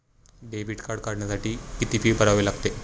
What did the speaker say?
Debit card काढण्यासाठी किती fee भरावी लागते?